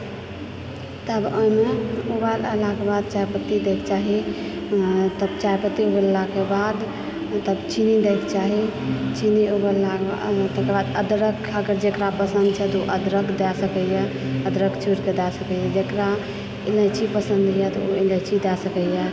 तब ओहिमे उबाललाके बाद चाय पत्ती दयके चाही तब चाय पत्ती उबललाके बाद तब चीनी दयके चाही चीनी उबललाक तेकर बाद अदरक जेकरा पसन्द छै तऽ ओ अदरक दय सकयए अदरक चूरिके दए सकयए जेकरा इलायची पसन्द यऽ ओ इलायची दय सकयए